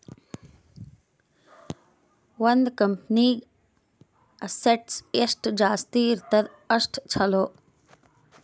ಒಂದ್ ಕಂಪನಿಗ್ ಅಸೆಟ್ಸ್ ಎಷ್ಟ ಜಾಸ್ತಿ ಇರ್ತುದ್ ಅಷ್ಟ ಛಲೋ